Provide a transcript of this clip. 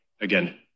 again